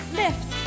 lift